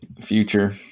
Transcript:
future